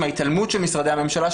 מההתעלמות של משרדי הממשלה,